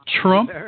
Trump